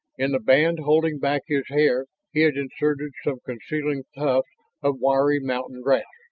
in the band holding back his hair he had inserted some concealing tufts of wiry mountain grass,